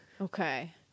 okay